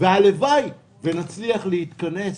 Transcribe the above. והלוואי ונצליח להתכנס,